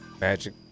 magic